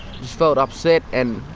felt upset and,